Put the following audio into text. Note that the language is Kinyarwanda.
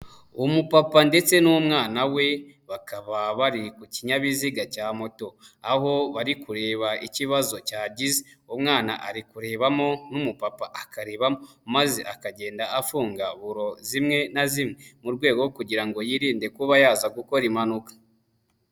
Umupapa ndetse n'umwana we, bakaba bari kukinyabiziga cya moto, aho bari kureba ikibazo cyagize, umwana ari kurebamo n'umupapa akarebabamo, maze akagenda afunga buro zimwe na zimwe mu rwego kugirango ngo yirinde kuba yaza gukora impanuka.